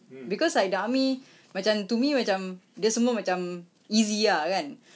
because like the army macam to me macam dia semua macam easy ah kan